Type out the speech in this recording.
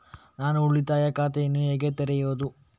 ನಾನು ಉಳಿತಾಯ ಖಾತೆಯನ್ನು ಹೇಗೆ ತೆರೆಯುದು?